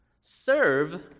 serve